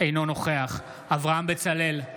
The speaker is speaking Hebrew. אינו נוכח אברהם בצלאל,